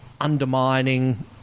undermining